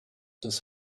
das